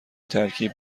ترکیب